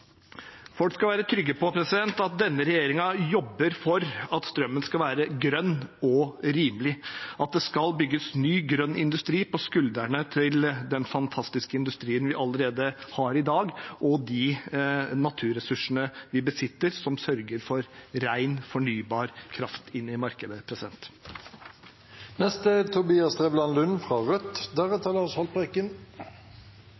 Folk skal være trygge på at denne regjeringen jobber for at strømmen skal være grønn og rimelig, og at det skal bygges ny grønn industri på skuldrene til den fantastiske industrien vi allerede har i dag, og de naturressursene vi besitter, som sørger for ren, fornybar kraft inn i markedet. Det har ikke manglet på problembeskrivelser fra